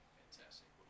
fantastic